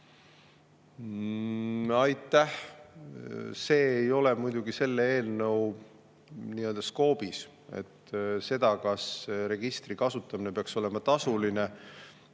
Aitäh! See ei ole muidugi selle eelnõu skoobis. Seda arutelu, kas registri kasutamine peaks olema tasuline